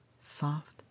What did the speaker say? soft